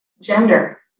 Gender